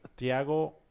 Thiago